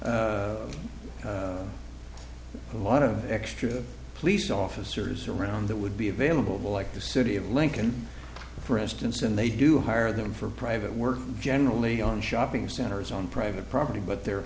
a lot of extra police officers around that would be available like the city of lincoln for instance and they do hire them for private work generally on shopping centers on private property but they're